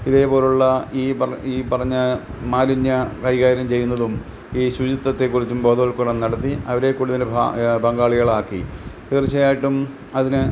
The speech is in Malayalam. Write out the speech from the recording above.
ഇതേ പോലുള്ള ഈ പറ ഈ പറഞ്ഞ മാലിന്യ കൈകാര്യം ചെയ്യുന്നതും ഈ ശുചിത്വത്തെക്കുറിച്ചും ബോധവൽക്കരണം നടത്തി അവരെ കൂടുതല് ഭ പങ്കാളികളാക്കി തീർച്ചയായിട്ടും അതിന്